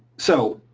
so